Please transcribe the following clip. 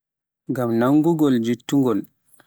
Ngam nanngugol juutngol